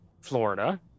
Florida